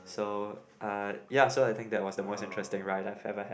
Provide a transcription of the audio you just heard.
so uh ya so I think that was the most interesting ride I ever had